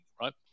right